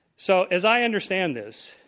so as i understand this,